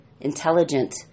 intelligent